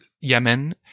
Yemen